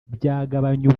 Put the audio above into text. byagabanya